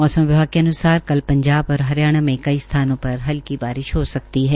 मौसम विभाग के अन्सार कल पंजाब और हरियाणा में कई सथानों पर हल्की बारिश हो सकती है